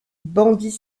bandits